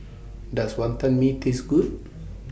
Does Wonton Mee Taste Good